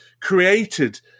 created